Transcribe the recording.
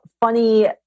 funny